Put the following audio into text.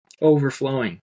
overflowing